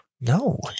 No